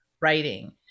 writing